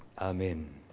Amen